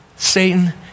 Satan